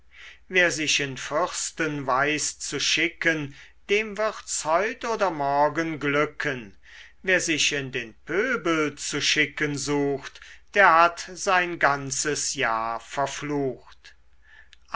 wer sich in fürsten weiß zu schicken dem wird's heut oder morgen glücken wer sich in den pöbel zu schicken sucht der hat sein ganzes jahr verflucht